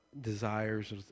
desires